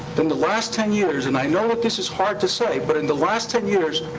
in the last ten years, and i know that this is hard to say, but in the last ten years,